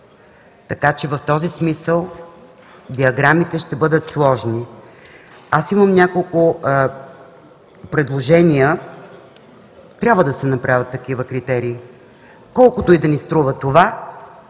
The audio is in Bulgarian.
Така че в този смисъл диаграмите ще бъдат сложни. Аз имам няколко предложения. Трябва да се направят такива критерии, колкото и да ни струва това,